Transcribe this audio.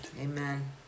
Amen